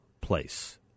place